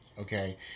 okay